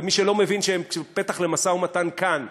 מי שלא מבין שאם הם פתח למשא-ומתן כאן,